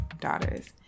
Daughters